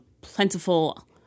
plentiful